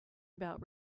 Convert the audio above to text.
about